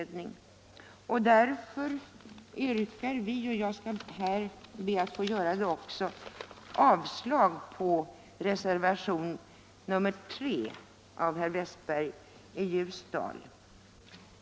Därför yrkar vi avslag på reservationen 3 av herr Westberg i Ljusdal.